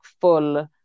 full